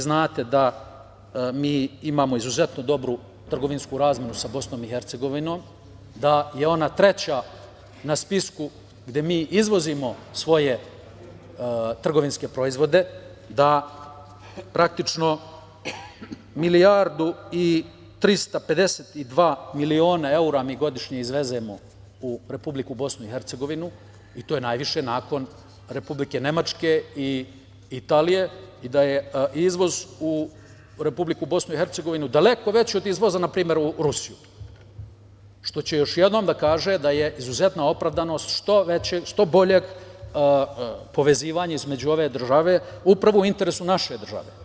Znate da mi imamo izuzetno dobru trgovinsku razmenu sa Bosnom i Hercegovinom, da je ona treća na spisku gde mi izvozimo svoje trgovinske proizvode, da praktično milijardu i 352 miliona evra mi godišnje izvezemo u Republiku Bosnu i Hercegovinu i to je najviše nakon Republike Nemačke i Italije i da je izvoz u Republiku Bosnu i Hercegovinu daleko veći od izvoza, na primer, u Rusiju, što će još jednom da kaže da je izuzetna opravdanost što boljeg povezivanja između ove države, upravo u interesu naše države.